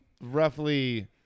roughly